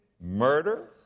murder